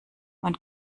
man